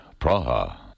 Praha